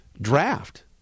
draft